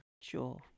Sure